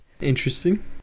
Interesting